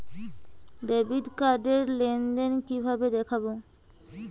Debit card র লেনদেন কিভাবে দেখবো?